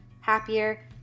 happier